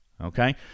Okay